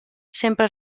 sempre